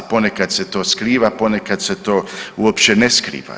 Ponekad se to skriva, ponekad se to uopće ne skriva.